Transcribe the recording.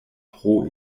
pro